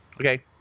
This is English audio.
Okay